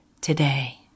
today